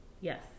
yes